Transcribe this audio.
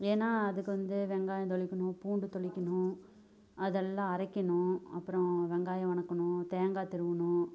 ஏன்னா அதுக்கு வந்து வெங்காயம் தாளிக்கணும் பூண்டு தாளிக்கணும் அதெல்லாம் அரைக்கணும் அப்புறம் வெங்காயம் வனக்கணும் தேங்காய் திருவணும்